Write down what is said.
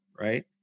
right